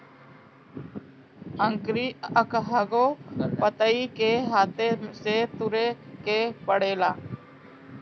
एकरी एकहगो पतइ के हाथे से तुरे के पड़ेला